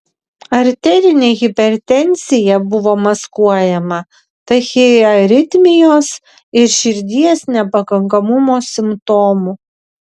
arterinė hipertenzija buvo maskuojama tachiaritmijos ir širdies nepakankamumo simptomų